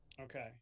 okay